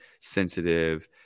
sensitive